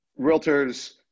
realtors